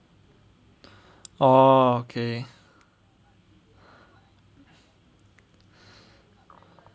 oh okay